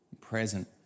present